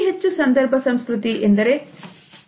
ಅತಿ ಹೆಚ್ಚು ಸಂದರ್ಭ ಸಂಸ್ಕೃತಿ ಎಂದರೇನು